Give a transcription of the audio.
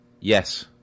Yes